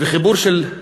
זה